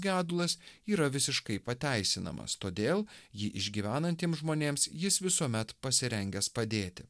gedulas yra visiškai pateisinamas todėl jį išgyvenantiems žmonėms jis visuomet pasirengęs padėti